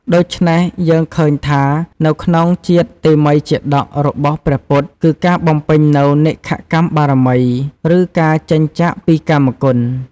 ដូច្នេះយើងឃើញថា នៅក្នុងជាតិតេមិយជាតករបស់ព្រះពុទ្ធិ គឺការបំពេញនូវ នេក្ខម្មបារមី ឬការចេញចាកពីកាមគុណ។